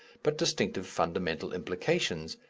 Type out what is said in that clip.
but distinctive fundamental implications,